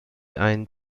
ein